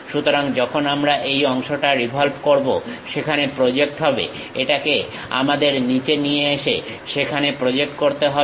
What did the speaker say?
সুতরাং যখন আমরা এই অংশটা রিভলভ করবো সেখানে প্রজেক্ট হবে এটাকে আমাদের নিচে নিয়ে এসে সেখানে প্রজেক্ট করতে হবে